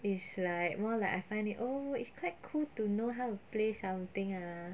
is like more like I find it oh it's quite cool to know how to play something ah